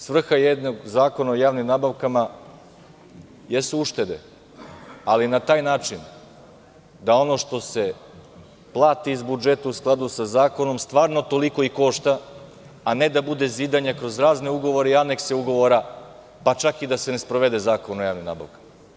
Svrha jednog Zakona o javnim nabavkama jesu uštede, ali na taj način da ono što se plati iz budžeta u skladu sa zakonom stvarno toliko i košta, a ne da bude zidanje kroz razne ugovore i anekse ugovora, pa čak i da se ne sprovede Zakon o javnim nabavkama.